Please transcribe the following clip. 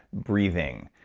breathing,